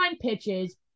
pitches